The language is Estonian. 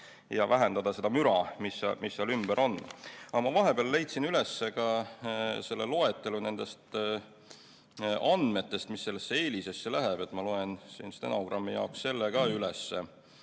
vähendada seda müra, mis seal ümber on. Aga ma vahepeal leidsin üles ka selle loetelu nendest andmetest, mis EELIS-esse läheb. Ma loen stenogrammi jaoks selle ka üles,